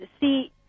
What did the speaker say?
See